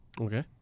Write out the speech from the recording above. Okay